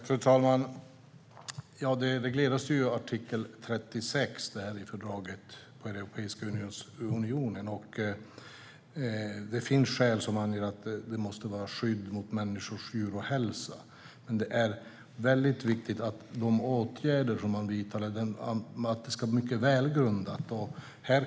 Fru talman! Detta regleras i artikel 36 i fördraget om Europeiska unionen. Det finns skäl som anger att människors och djurs hälsa måste skyddas, men det är viktigt att de åtgärder man vidtar är välgrundade.